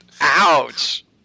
Ouch